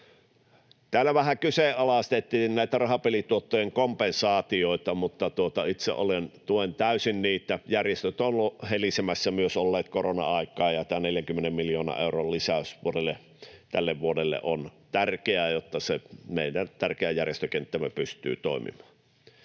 Täällä vähän kyseenalaistettiin näitä rahapelituottojen kompensaatioita, mutta itse tuen täysin niitä. Myös järjestöt ovat olleet helisemässä korona-aikaan, ja tämä 40 miljoonan euron lisäys tälle vuodelle on tärkeä, jotta se meidän tärkeä järjestökenttämme pystyy toimimaan.